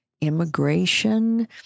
immigration